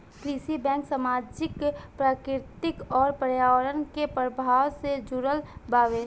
कृषि बैंक सामाजिक, प्राकृतिक अउर पर्यावरण के प्रभाव से जुड़ल बावे